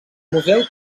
museu